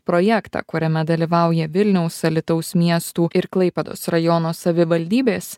projektą kuriame dalyvauja vilniaus alytaus miestų ir klaipėdos rajono savivaldybės